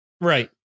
right